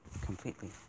completely